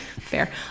Fair